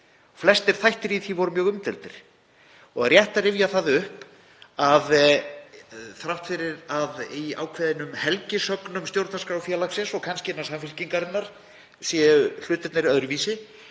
Flestir þættir í því voru mjög umdeildir. Það er rétt að rifja upp að þrátt fyrir að í ákveðnum helgisögnum Stjórnarskrárfélagsins og kannski innan Samfylkingarinnar séu hlutirnir öðruvísi,